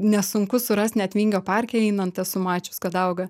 nesunku surast net vingio parke einant esu mačius kad auga